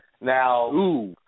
Now